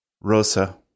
Rosa